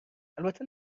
البته